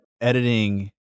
editing